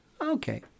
Okay